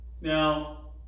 Now